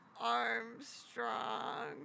Armstrong